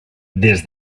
des